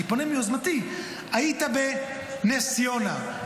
אני פונה מיוזמתי: היית בנס ציונה,